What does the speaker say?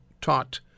taught